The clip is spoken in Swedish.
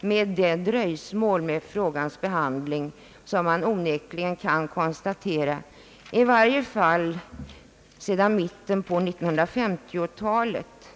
med det dröjsmål med frågans behandling som man onekligen kan konstatera — i varje fall sedan i mitten på 1950-talet.